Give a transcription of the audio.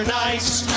nights